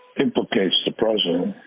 implicates the president,